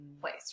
place